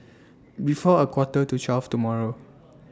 before A Quarter to twelve tomorrow